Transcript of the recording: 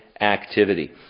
activity